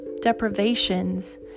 deprivations